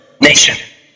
nation